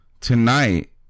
Tonight